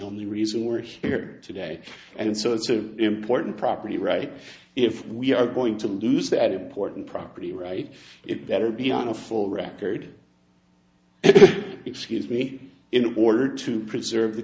only reason we're here today and so it's an important property right if we are going to lose that important property right it better be on a full record excuse me in order to preserve the